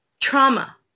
trauma